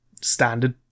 Standard